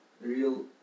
real